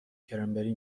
کرنبری